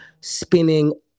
Spinning